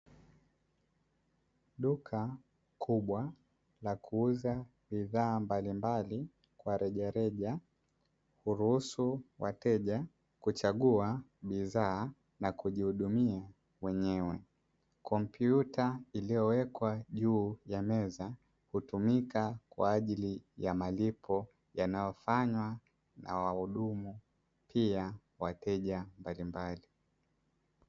Duka kubwa la kuuza bidhaa mbalimbali kwa rejareja, wateja huchagua bidhaa na kujihudumia wenyewe, kompyuta iliyowekwa juu ya meza hutumika kwa ajili ya malipo yanayofanywa na wahudumu pia wateja mbalimbali.